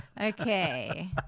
Okay